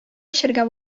эчәргә